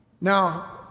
Now